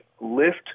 Lift